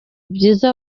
byiza